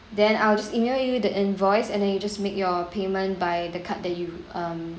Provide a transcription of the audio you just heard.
then I'll just email you the invoice and then you just make your payment by the card that you